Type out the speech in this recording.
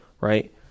right